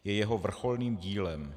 Je jeho vrcholným dílem.